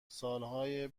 سالهای